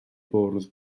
bwrdd